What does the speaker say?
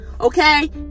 okay